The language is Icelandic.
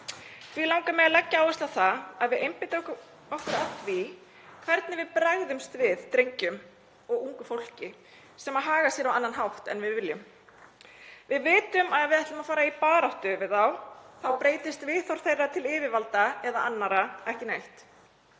Því langar mig að leggja áherslu á að við einbeitum okkur að því hvernig við bregðumst við drengjum og ungu fólki sem hagar sér á annan hátt en við viljum. Við vitum að ef við ætlum að fara í baráttu við þá þá breytist viðhorf þeirra til yfirvalda eða annarra ekki neitt.